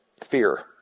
Fear